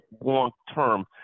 long-term